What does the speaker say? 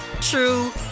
true